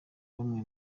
bamwe